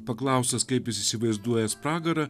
paklaustas kaip jis įsivaizduojąs pragarą